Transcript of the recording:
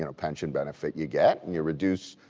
and pension benefit you get and yeah reduce,